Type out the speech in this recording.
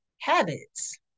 habits